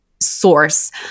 source